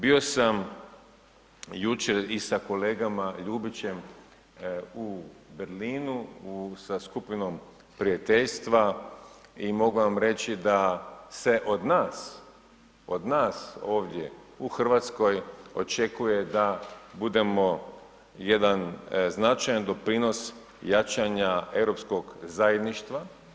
Bio sam jučer i sa kolega Ljubićem u Berlinu sa Skupinom prijateljstva i mogu vam reći da se od nas ovdje u Hrvatskoj očekuje da budemo jedan značajan doprinos jačanja europskog zajedništva.